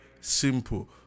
simple